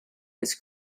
his